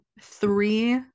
three